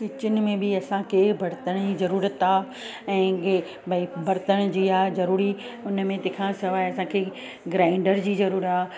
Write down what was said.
kitchen में बि असांखे बर्तन ई ज़रूरत आहे ऐं की भई बर्तन जी आहे ज़रूरी हुन में तंहिं खां सवाइ असांखे ग्राइंडर जी ज़रूरु आहे